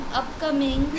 upcoming